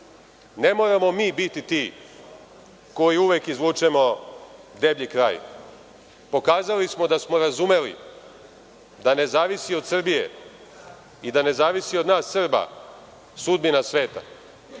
ne moramo mi biti ti koji uvek izvučemo deblji kraj. Pokazali smo da smo razumeli da ne zavisi od Srbije i nas Srba sudbina sveta